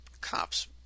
cops